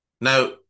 Now